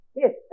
yes